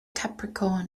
capricorn